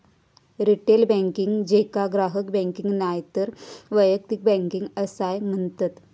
retail banking, जेका ग्राहक banking नायतर वैयक्तिक बँकिंग असाय म्हणतत